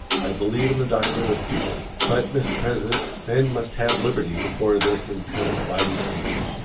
i believe in the doctrine of peace but, mr. president, men must have liberty before there can come abiding peace.